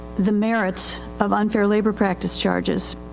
the merits of unfair labor practice charges.